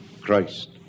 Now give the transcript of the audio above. Christ